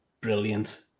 brilliant